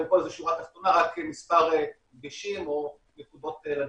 אין שורה תחתונה, רק מספר דגשים ונקודות לדיון.